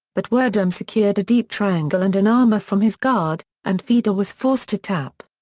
but werdum secured a deep triangle and an armbar from his guard, and fedor was forced to tap.